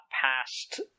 past